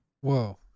Whoa